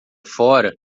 fora